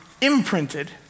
imprinted